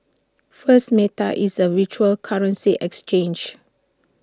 first meta is A virtual currency exchange